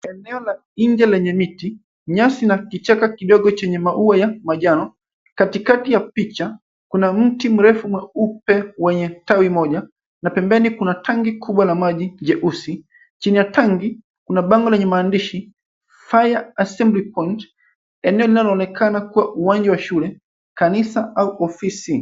Eneo la nje lenye miti, nyasi na kichaka kidogo chenye maua ya manjano katikati ya picha kuna mti mrefu mweupe wenye tawi moja na pembeni kuna tanki kubwa la maji jeusi chini ya tanki kuna bango lanye maandishi fire assembly point eneo linaloonekana kuwa uwanja wa shule, kanisa au ofisi.